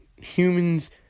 Humans